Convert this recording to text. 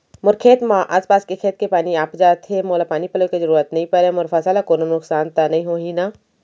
मोर खेत म आसपास के खेत के पानी आप जाथे, मोला पानी पलोय के जरूरत नई परे, मोर फसल ल कोनो नुकसान त नई होही न?